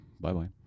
Bye-bye